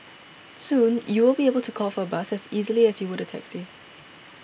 soon you will be able to call for a bus as easily as you would a taxi